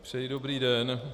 Přeji dobrý den.